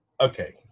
Okay